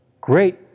great